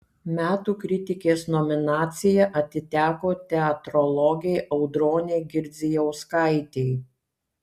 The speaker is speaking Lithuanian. metų kritikės nominacija atiteko teatrologei audronei girdzijauskaitei